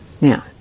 Now